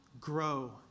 grow